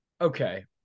Okay